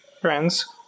friends